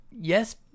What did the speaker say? Yes